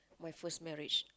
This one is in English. my first marriage